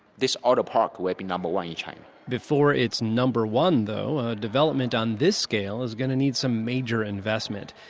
this autopark will be number one in china. before it's number one, though, a development on this scale is going to need some major investment,